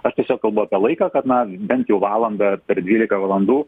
aš tiesiog kalbu apie laiką kad na bent jau valandą per dvylika valandų